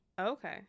Okay